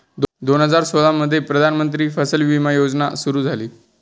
दोन हजार सोळामध्ये प्रधानमंत्री फसल विमा योजना सुरू झाली